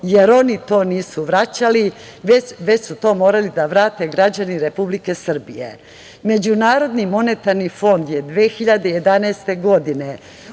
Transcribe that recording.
jer oni to nisu vraćali, već su to morali da vrate građani Republike Srbije.Međunarodni monetarni fond je 2011. godine,